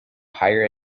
higher